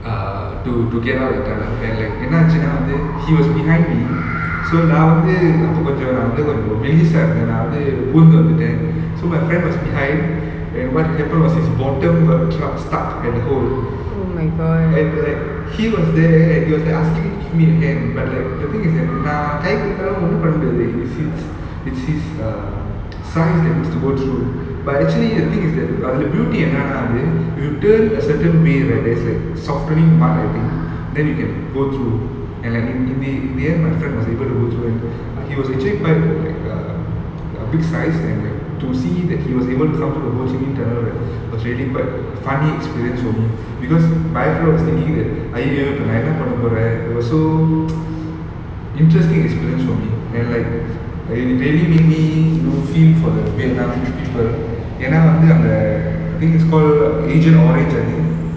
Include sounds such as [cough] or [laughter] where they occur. err to to get out of tunnel and like என்னாச்சுன்னா வந்து:ennachuna vanthu he was behind me so நான் வந்து அப்போ கொஞ்சம் நான் வந்து கொஞ்சம் மெல்லிசா இருந்தேன் நான் வந்து உழுந்து வந்துட்டேன்:naan vanthu apo konjam naan vanthu konjam melisa irunthen naan vanthu uzhunthu vanthuden so my friend was behind and what happened was his bottom got tru~ stuck at the hole and like he was there at he was like asking me to give him a hand but like the thing is that நான் கை கொடுத்தாலும் ஒண்ணும் பண்ண முடியாது:naan kai koduthalum onnum panna mudiyathu it's his it's his err thighs that needs to go through but actually the thing is that அதுல beauty என்னனா அது if you turn a certain way right there's like soften part I think then you can go through and like in the in the end my friend was able to go through and he was actually bi~ like err big size and like to see that he was able to come through the ho chi min tunnel was really quite funny experience for me because my friend was thinking that I ஐயையோ இப்போ நான் என்ன பண்ண போறேன்:iyaiyoo ipo naan enna panna poren it was so [noise] interesting experience for me and like it really made me feel for the vietnamese people vietnam ஏனா வந்து அங்க:yena vanthu anga I think it's call asian outrage I think